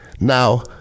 Now